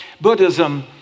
Buddhism